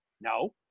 No